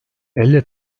elle